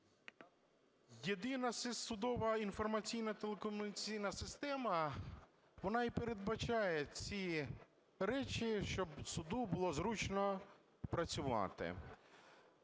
Єдина судова інформаційно-телекомунікаційна система, вона і передбачає ці речі, щоб суду було зручно працювати.